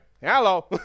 Hello